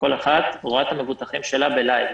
כל אחת רואה את המבוטחים שלה ב"לייב".